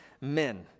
men